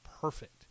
perfect